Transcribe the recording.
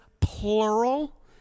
plural